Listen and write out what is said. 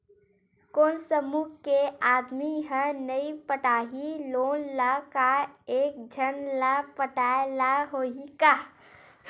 कोन समूह के आदमी हा नई पटाही लोन ला का एक झन ला पटाय ला होही का?